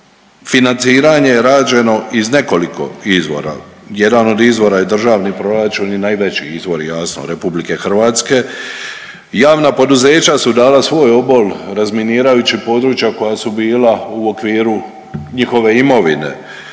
financiranje je rađeno iz nekoliko izvora, jedan od izvora je državni proračun i najveći izvor jasno RH, javna poduzeća su dala svoj obol razminirajući područja koja su bila u okviru njihove imovine,